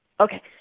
Okay